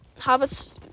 hobbit's